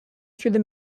through